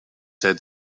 said